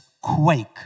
quake